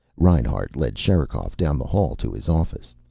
reinhart led sherikov down the hall to his office.